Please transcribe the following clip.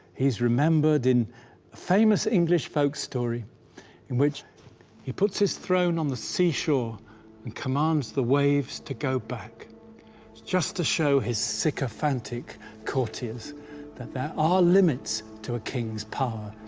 he's remembered in famous english folk story in which he puts his throne on the seashore and commands the waves to go back just to show his sycophantic courtiers that there are limits to a king's power,